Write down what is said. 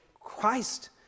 Christ